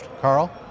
Carl